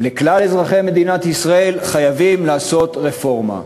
לכלל אזרחי מדינת ישראל, חייבים לעשות רפורמה.